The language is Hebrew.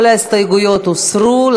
כל ההסתייגויות הוסרו,